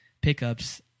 pickups